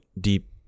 deep